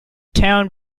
town